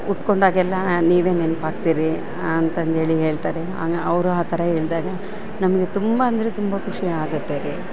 ಉಟ್ಕೊಂಡಾಗೆಲ್ಲ ನೀವೆ ನೆನಪಾಗ್ತಿರಿ ಅಂತಂದೇಳಿ ಹೇಳ್ತಾರೆ ಅವರು ಆ ಥರ ಹೇಳ್ದಾಗ ನಮಗೆ ತುಂಬ ಅಂದರೆ ತುಂಬ ಖುಷಿ ಆಗುತ್ತೆ ರಿ